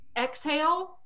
exhale